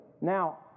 Now